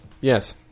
Yes